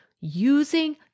using